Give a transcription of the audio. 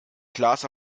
klaas